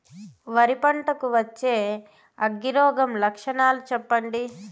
వరి పంట కు వచ్చే అగ్గి రోగం లక్షణాలు చెప్పండి?